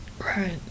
Right